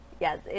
Yes